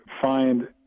find